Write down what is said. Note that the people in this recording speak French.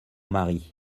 mari